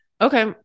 Okay